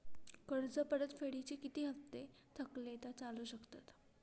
कर्ज परतफेडीचे किती हप्ते थकले तर चालू शकतात?